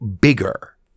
bigger